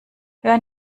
hör